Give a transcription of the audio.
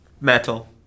Metal